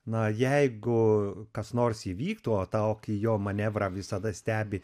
na jeigu kas nors įvyktų o tokį jo manevrą visada stebi